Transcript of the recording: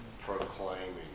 proclaiming